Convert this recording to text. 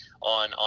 on